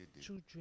children